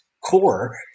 core